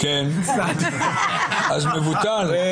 --- אז מבוטל?